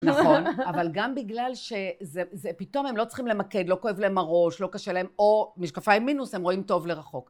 נכון, אבל גם בגלל ש... זה... זה... פתאום הם לא צריכים למקד. לא כואב להם הראש, לא קשה להם. או משקפיים מינוס הם רואים טוב לרחוק.